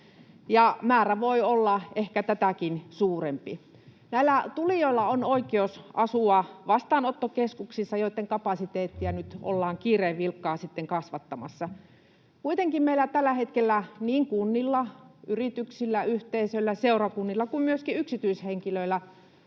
määrä voi olla ehkä tätäkin suurempi. Näillä tulijoilla on oikeus asua vastaanottokeskuksissa, joitten kapasiteettia nyt ollaan kiireen vilkkaa sitten kasvattamassa. Kuitenkin meillä tällä hetkellä — niin kunnilla, yrityksillä, yhteisöillä, seurakunnilla kuin myöskin yksityishenkilöillä